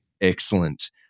Excellent